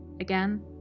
Again